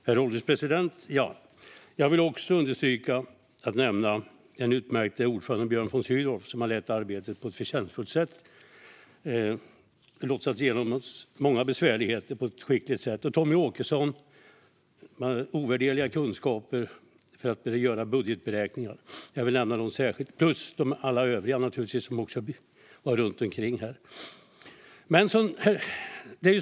Herr ålderspresident! Jag vill nämna den utmärkte ordföranden Björn von Sydow som har lett arbetet på ett förtjänstfullt sätt och lotsat oss igenom många besvärligheter på ett skickligt sätt, liksom Tommy Åkesson som har ovärderliga kunskaper när det gäller budgetberäkningar. Jag vill nämna dem särskilt - plus naturligtvis alla övriga som har varit med i detta.